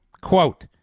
quote